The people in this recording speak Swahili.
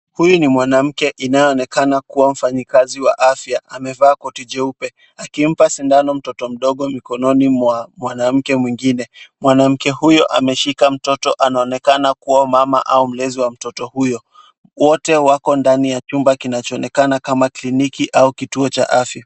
Huyu ni mwanamke inayoonekana kuwa mfanyikazi wa afya .Amevaa koti jeupe akimpa sindano mtoto mdogo mkononi mwa mwanamke mwingine. Mwanamke huyo ameshika mtoto anaonekana kuwa mama au mlezi wa mtoto huyo. Wote wako ndani ya chumba kinachoonekana kama kliniki au kituo cha afya.